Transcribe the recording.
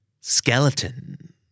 Skeleton